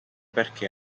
perché